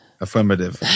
Affirmative